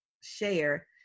share